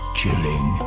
chilling